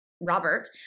Robert